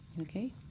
okay